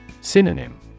Synonym